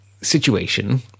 situation